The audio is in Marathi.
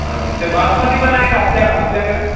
बरं ते बासमती पण आहे का आपट्या आपल्याकडं